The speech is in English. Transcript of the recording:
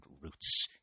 roots